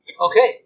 Okay